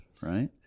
right